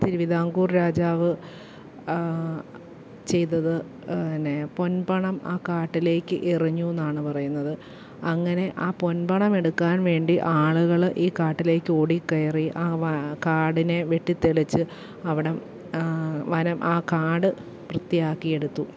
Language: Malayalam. തിരുവിതാങ്കൂർ രാജാവ് ചെയ്തത് എന്നെ പൊൻപണം ആ കാട്ടിലേക്ക് എറിഞ്ഞുയെന്നാണ് പറയുന്നത് അങ്ങനെ ആ പൊൻപണം എടുക്കാൻ വേണ്ടി ആളുകൾ ഈ കാട്ടിലേക്ക് ഓടിക്കയറി അവർ കാടിനെ വെട്ടിത്തെളിച്ച് അവിടം വനം ആ കാട് വൃത്തിയാക്കി എടുത്തു